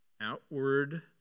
outward